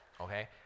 okay